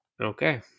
okay